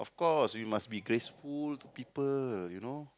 of course you must be graceful to people you know